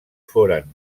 foren